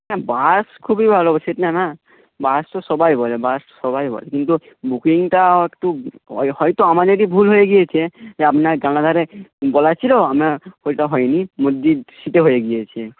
হ্যাঁ বাস খুবই ভালো সেটা না বাস তো সবাই বলে বাস তো সবাই বলে কিন্তু বুকিংটা একটু হয়তো আমাদেরই ভুল হয়ে গিয়েছে যে আপনার জানালা ধারে বলা ছিল আমরা ওইটা হয়নি মধ্যে সিটে হয়ে গিয়েছে